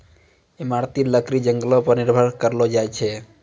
इमारती लकड़ी जंगलो पर निर्भर करलो जाय छै